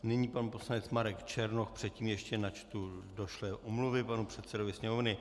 Nyní pan poslanec Marek Černoch, předtím ještě načtu omluvy došlé panu předsedovi Sněmovny.